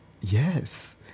yes